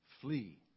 Flee